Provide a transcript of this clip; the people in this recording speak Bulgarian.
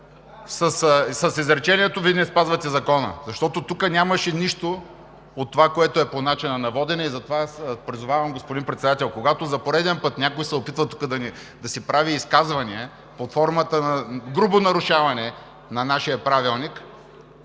с изречението: „Вие не спазвате закона!“, защото тук нямаше нищо от това, което е по начина на водене. И затова аз призовавам, господин Председател, когато за пореден път някой се опитва тук да си прави изказвания под формата на грубо нарушаване на нашия Правилник,